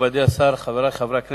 מכובדי השר, חברי חברי הכנסת,